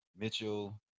Mitchell